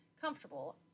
comfortable